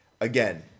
again